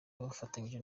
bafatanyije